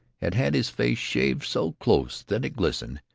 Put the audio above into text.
had had his face shaved so close that it glistened,